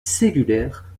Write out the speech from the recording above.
cellulaire